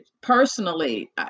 personally